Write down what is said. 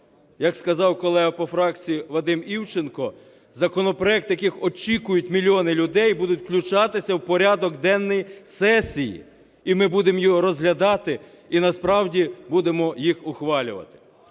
як сказав колега по фракції Вадим Івченко, законопроекти, які очікують мільйони людей, будуть включатися в порядок денний сесії і ми будемо їх розглядати і насправді будемо їх ухвалювати.